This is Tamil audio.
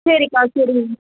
சரிக்கா சரி